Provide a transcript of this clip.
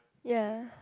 ya